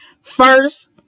first